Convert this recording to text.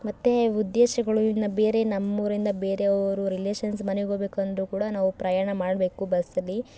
ಮತ್ತು ಉದ್ದೇಶಗಳು ಇನ್ನು ಬೇರೆ ನಮ್ಮ ಊರಿಂದ ಬೇರೆಯವ್ರ ರಿಲೇಷನ್ಸ್ ಮನೆಗೆ ಹೋಗಬೇಕಂದ್ರು ಕೂಡ ನಾವು ಪ್ರಯಾಣ ಮಾಡಬೇಕು ಬಸ್ಸಲ್ಲಿ